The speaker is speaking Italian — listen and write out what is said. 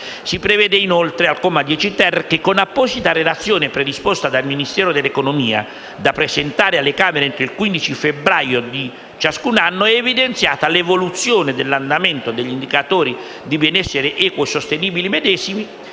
Si prevede inoltre (comma 10-*ter*) che con apposita relazione, predisposta dal Ministro dell'economia, da presentare alle Camere entro il 15 febbraio di ciascun anno, è evidenziata l'evoluzione dell'andamento degli indicatori di benessere equo e sostenibile medesimi,